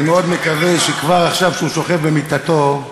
אני מאוד מקווה שכבר עכשיו, כשהוא שוכב במיטתו,